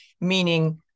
meaning